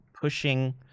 pushing